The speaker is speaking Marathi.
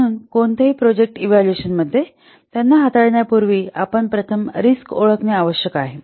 म्हणून कोणत्याही प्रोजेक्ट इव्हॅल्युएशनमध्ये त्यांना हाताळण्यापूर्वी आपण प्रथम रिस्क ओळखणे आवश्यक आहे